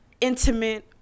intimate